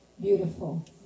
beautiful